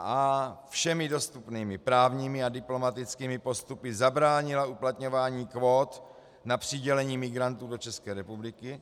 a) všemi dostupnými právními a diplomatickými postupy zabránila uplatňování kvót na přidělení migrantů do České republiky;